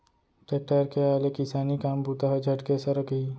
tractor के आय ले किसानी काम बूता ह झटके सरकही